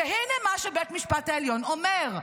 והינה מה שבית המשפט העליון אומר,